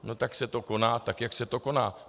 No tak se to koná, tak jak se to koná.